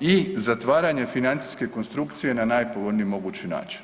i zatvaranje financijske konstrukcije na najpovoljniji mogući način.